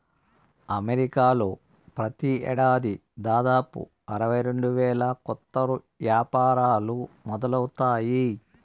అమెరికాలో ప్రతి ఏడాది దాదాపు అరవై రెండు వేల కొత్త యాపారాలు మొదలవుతాయి